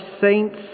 saints